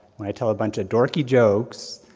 when i told a bunch of dorky jokes,